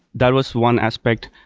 that was one aspect.